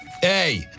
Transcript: Hey